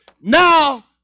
Now